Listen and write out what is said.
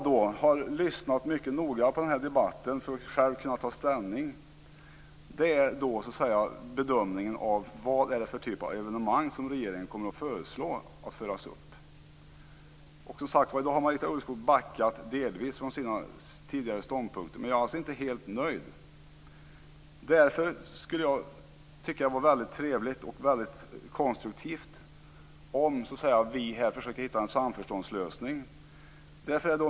Jag har lyssnat mycket noga på den här debatten för att själv kunna ta ställning och göra en bedömning av vilken typ av evenemang som regeringen kommer förslå att de skall föras upp på en lista. I dag har Marita Ulvskog backat delvis från sina tidigare ståndpunkter, men jag är inte helt nöjd. Därför vore det konstruktivt om vi här försökte hitta en samförståndslösning.